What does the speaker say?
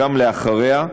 גם אחריה,